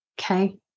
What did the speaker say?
Okay